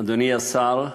אדוני השר,